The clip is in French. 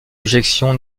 objection